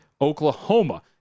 Oklahoma